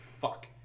Fuck